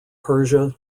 persia